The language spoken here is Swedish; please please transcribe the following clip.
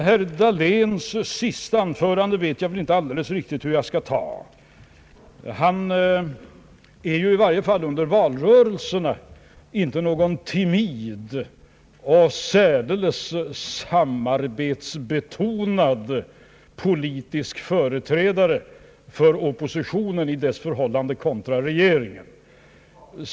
Herr Dahléns senaste anförande vet jag inte riktigt hur jag skall uppfatta. Han är ju i varje fall under valrörelserna inte någon timid och särdeles samarbetsbetonad politisk företrädare för oppositionen i dess förhållande kontra regeringen.